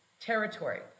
territory